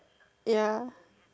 ya